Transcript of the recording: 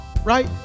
right